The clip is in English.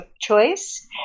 choice